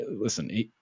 listen